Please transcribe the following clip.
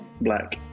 Black